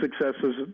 successes